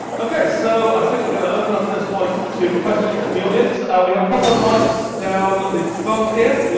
okay, so, i think we're gonna open up at this point to questions from the audience. we have a couple of mics down the front here.